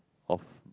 of